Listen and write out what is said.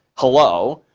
hello,